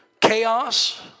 chaos